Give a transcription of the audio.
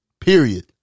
period